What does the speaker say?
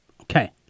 Okay